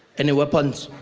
any weapons?